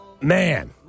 man